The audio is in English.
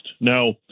Now